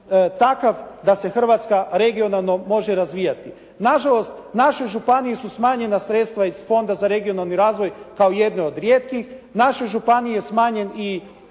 takav da se Hrvatska regionalno može razvijati. Na žalost, našoj županiji su smanjena sredstva iz Fonda za regionalni razvoj kao jednoj od rijetkih, našoj županiji je smanjen i